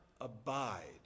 abide